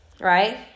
right